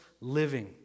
living